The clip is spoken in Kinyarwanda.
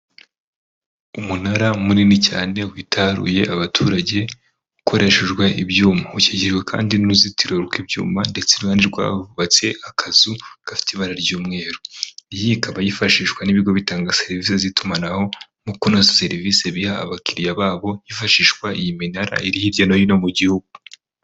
Umunara munini cyane witaruye abaturage ukoreshejwe ibyuma ushyigikiwe kandi n'uruzitiro rw'ibyuma ndetse iruhande rwaho hubatse akazu gafite ibara ry'umweru. Iyi ikaba yifashishwa n'ibigo bitanga serivisi z'itumanaho mu kunoza serivisi baha abakiriya babo hifashishwa iyi minara iri hirya no hino mu gihugu.